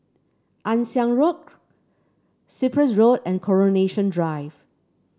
Ann Siang Road Cyprus Road and Coronation Drive